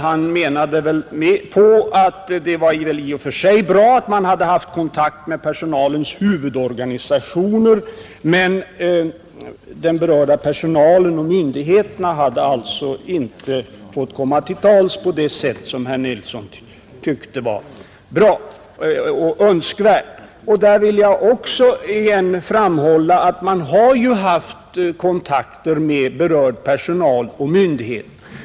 Han ansåg att det i och för sig var bra att man hade haft kontakt med personalens huvudorganisationer, men den berörda personalen och myndigheterna hade inte fått komma till tals på det sätt som herr Nilsson tyckte var önskvärt. Där vill jag återigen framhålla att man har haft kontakter med berörd personal och med myndigheter.